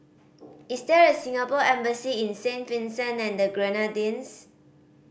is there a Singapore Embassy in Saint Vincent and the Grenadines